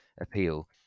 appeal